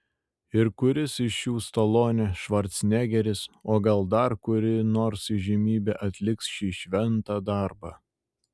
ir kuris iš šių stalonė švarcnegeris o gal dar kuri nors įžymybė atliks šį šventą darbą